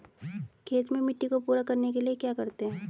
खेत में मिट्टी को पूरा करने के लिए क्या करते हैं?